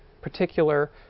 particular